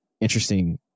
interesting